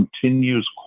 continues